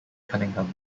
cunningham